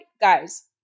guys